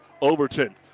Overton